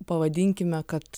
pavadinkime kad